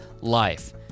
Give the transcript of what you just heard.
life